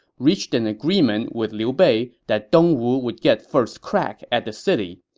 reached an agreement with liu bei that dongwu would get first crack at the city.